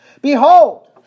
Behold